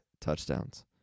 touchdowns